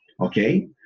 Okay